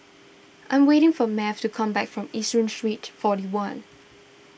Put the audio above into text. I'm waiting for Math to come back from Yishun Street forty one